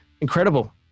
incredible